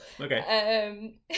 Okay